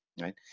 right